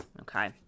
okay